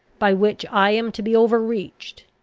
by which i am to be overreached?